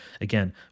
again